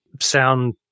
sound